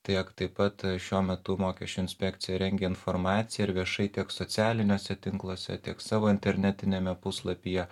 tiek taip pat šiuo metu mokesčių inspekcija rengia informaciją ir viešai tiek socialiniuose tinkluose tiek savo internetiniame puslapyje